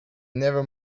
never